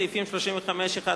סעיפים 35(1),